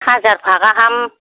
हाजारफा गाहाम